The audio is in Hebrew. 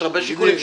יש הרבה שיקולים.